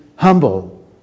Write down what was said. Humble